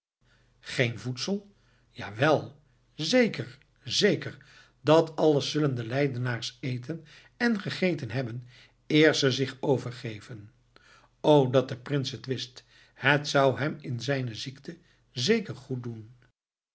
geen voedsel jawel zeker zeker dat alles zullen de leidenaars eten en gegeten hebben eer ze zich overgeven o dat de prins het wist het zou hem in zijne ziekte zeker goed doen